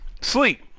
Sleep